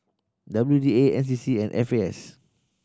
W D A N C C and F A S